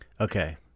Okay